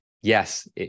yes